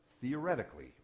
theoretically